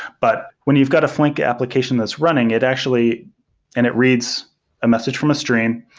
but when you've got a flink application that's running, it actually and it reads a message from a stream.